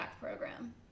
program